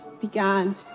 began